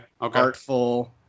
artful